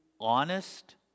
honest